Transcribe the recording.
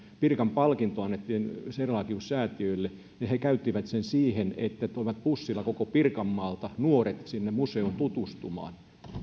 pirkan palkinto annettiin serlachius säätiölle niin he käyttivät sen siihen että toivat busseilla koko pirkanmaalta nuoret sinne museoon tutustumaan